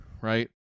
right